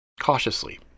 Cautiously